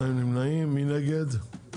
מי נגד?